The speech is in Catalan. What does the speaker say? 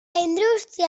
indústria